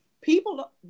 People